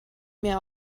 mir